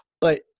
but-